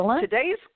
today's